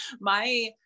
My-